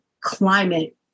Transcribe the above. climate